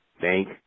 thank